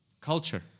Culture